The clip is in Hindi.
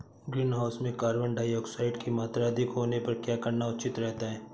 ग्रीनहाउस में कार्बन डाईऑक्साइड की मात्रा अधिक होने पर क्या करना उचित रहता है?